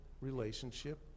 relationship